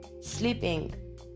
sleeping